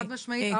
חד-משמעית.